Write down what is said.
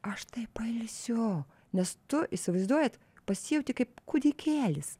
aš taip pailsiu nes tu įsivaizduojat pasijauti kaip kūdikėlis